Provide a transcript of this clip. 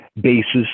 basis